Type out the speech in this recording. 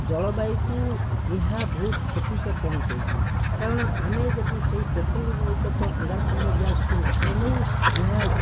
ଜଳବାୟୁକୁ ଏହା ବହୁତ କ୍ଷତି ପହଞ୍ଚାଇଛି କାରଣ ଆମେ ଯଦି ସେହି ପେଟ୍ରୋଳରୁ ନିର୍ଗତ ଅଙ୍ଗରାକାମ୍ଲ ଗ୍ୟାସ୍କୁ ନାକରେ ନେଉ ଏହା